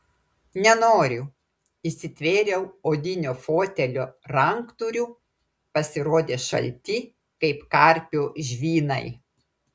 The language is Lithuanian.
nenoriu įsitvėriau odinio fotelio ranktūrių pasirodė šalti kaip karpio žvynai